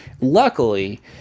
Luckily